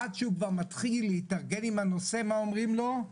עד שהוא כבר מתחיל להתארגן עם הנושא מה אומרים לו?